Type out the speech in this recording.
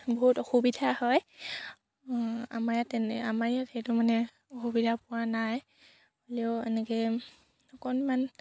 বহুত অসুবিধা হয় আমাৰ ইয়াত তেনে আমাৰ ইয়াত সেইটো মানে অসুবিধা পোৱা নাই হ'লেও এনেকৈ অকণমান